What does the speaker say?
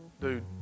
dude